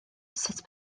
sut